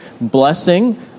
blessing